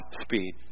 speed